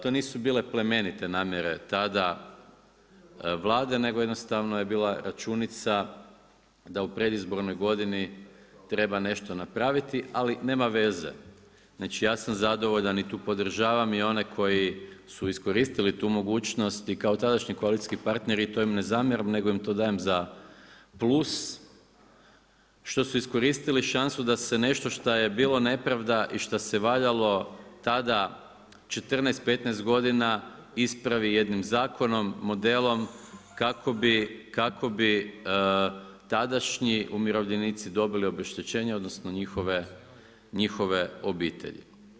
To nisu bile plemenite namjere tada Vlade, nego je jednostavno je bila računica da u predizbornoj godini treba nešto napraviti, ali nema veze, ja sam zadovoljan i tu podržavam i oni koji su iskoristili tu mogućnost i kao tadašnji koalicijski partneri nego im to dajem za plus što su iskoristili šansu da se nešto što je bila nepravda i šta se valjalo tada 14, 15 godina ispravi jednim zakonom, modelom, kako bi tadašnji umirovljenici dobili obeštećenje odnosno njihove obitelji.